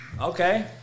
Okay